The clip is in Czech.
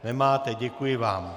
Nemáte, děkuji vám.